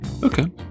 Okay